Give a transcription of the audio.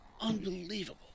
Unbelievable